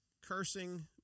cursing